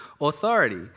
authority